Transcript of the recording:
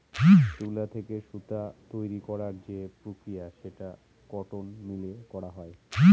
তুলা থেকে সুতা তৈরী করার যে প্রক্রিয়া সেটা কটন মিলে করা হয়